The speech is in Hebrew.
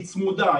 היא צמודה,